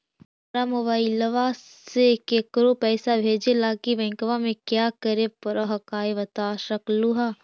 हमरा मोबाइलवा से केकरो पैसा भेजे ला की बैंकवा में क्या करे परो हकाई बता सकलुहा?